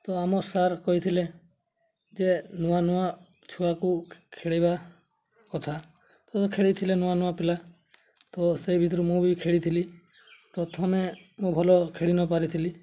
ତ ଆମ ସାର୍ କହିଥିଲେ ଯେ ନୂଆ ନୂଆ ଛୁଆକୁ ଖେଳିବା କଥା ତ ଖେଳିଥିଲେ ନୂଆ ନୂଆ ପିଲା ତ ସେହି ଭିତରୁ ମୁଁ ବି ଖେଳିଥିଲି ପ୍ରଥମେ ମୁଁ ଭଲ ଖେଳି ନ ପାରିଥିଲି